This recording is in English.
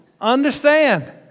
Understand